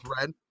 red